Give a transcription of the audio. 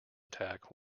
attack